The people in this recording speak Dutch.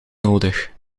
nodig